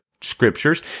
scriptures